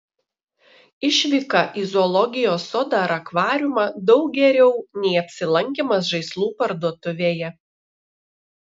išvyka į zoologijos sodą ar akvariumą daug geriau nei apsilankymas žaislų parduotuvėje